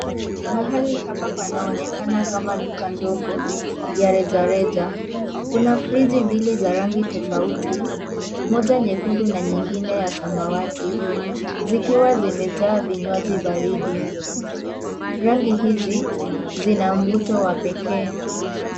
Mahali hapa panaoneka kama duka ndogo ya rejareja. Kuna friji mbili za rangi tofauti, moja nyekundu na nyingine ya samawati. Zikiwa zimejaa vinywaji baridi. Rangi hizi, zina uvuto wa pekee.